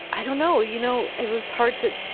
i don't know, you know it was hard to,